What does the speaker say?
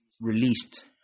released